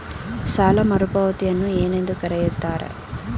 ಸಾಲ ಮರುಪಾವತಿಯನ್ನು ಏನೆಂದು ಕರೆಯುತ್ತಾರೆ?